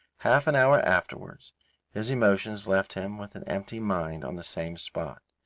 half an hour afterwards his emotions left him with an emptied mind on the same spot.